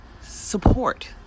support